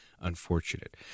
unfortunate